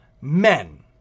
men